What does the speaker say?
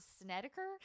Snedeker